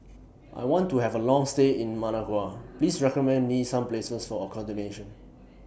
I want to Have A Long stay in Managua Please recommend Me Some Places For accommodation